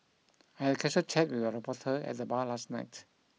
I had casual chat with a reporter at the bar last night